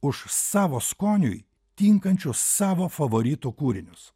už savo skoniui tinkančių savo favoritų kūrinius